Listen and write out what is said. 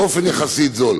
באופן יחסית זול.